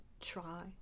try